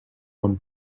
one